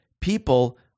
People